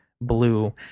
blue